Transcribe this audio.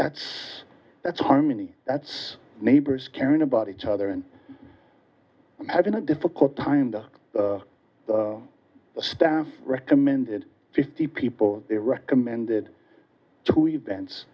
that's that's harmony that's neighbors caring about each other and having a difficult time for the staff recommended fifty people ereka mended to events